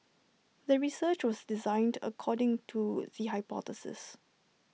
the research was designed according to the hypothesis